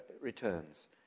returns